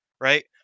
right